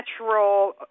natural